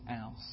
else